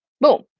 Boom